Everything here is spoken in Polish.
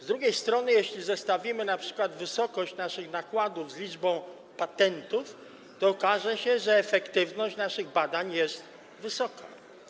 Z drugiej strony, jeśli zestawimy np. wysokość naszych nakładów z liczbą patentów, to okaże się, że efektywność naszych badań jest wysoka.